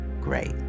great